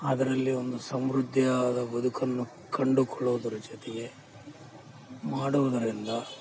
ಅದರಲ್ಲಿ ಒಂದು ಸಮೃದ್ಧಿಯಾದ ಬದುಕನ್ನು ಕಂಡುಕೊಳ್ಳುವುದರ ಜೊತೆಗೆ ಮಾಡುವುದರಿಂದ